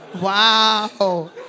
Wow